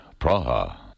Praha